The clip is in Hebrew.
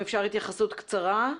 אם אפשר התייחסות קצרה .